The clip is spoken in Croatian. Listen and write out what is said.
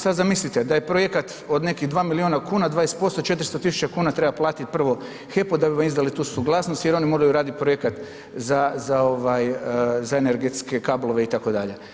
Sada zamislite, da je projekat od nekih 2 milijuna kuna, 20%, 400 tisuća kuna treba platiti prvo HEP-u da bi vam izdali tu suglasnost, jer oni moraju raditi projekat za energetske kablove itd.